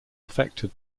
affected